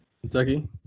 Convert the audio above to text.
Kentucky